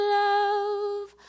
love